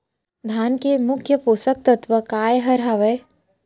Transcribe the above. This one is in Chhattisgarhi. धान के मुख्य पोसक तत्व काय हर हावे?